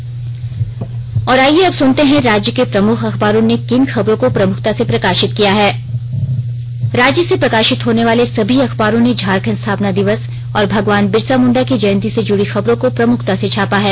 अखबारों की सुर्खियां आईये अब सुनते हैं राज्य के प्रमुख अखबारों ने किन खबरों को प्रमुखता से प्रकाशित किया है राज्य से प्रकाशित होने वाले सभी अखबारों ने झारखंड स्थापना दिवस और भगवान बिरसा मुण्डा की जयंती से जुड़ी खबरों को प्रमुखता से छापा है